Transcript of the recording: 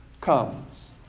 comes